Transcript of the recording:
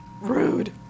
rude